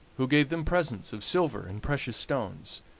who gave them presents of silver and precious stones,